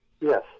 Yes